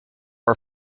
are